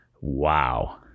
wow